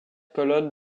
colonnes